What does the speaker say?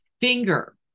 finger